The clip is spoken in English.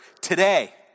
Today